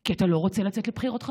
כי אתה לא רוצה לצאת לבחירות חמישיות.